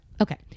Okay